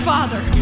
Father